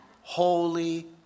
holy